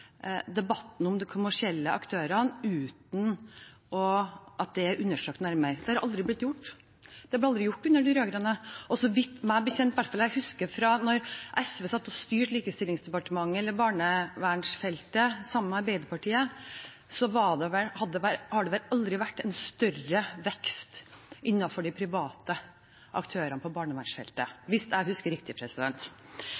debatten om de kommersielle aktørene, uten at det er undersøkt nærmere. Det er aldri blitt gjort. Det ble aldri gjort under de rød-grønne. Jeg husker fra da SV satt og styrte Likestillingsdepartementet, eller barnevernsfeltet, sammen med Arbeiderpartiet: Det har vel aldri vært en større vekst innenfor de private aktørene på barnevernsfeltet